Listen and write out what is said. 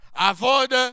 Avoid